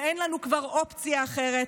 וכבר אין לנו אופציה אחרת.